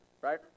Right